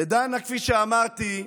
לדנה, כפי שאמרתי,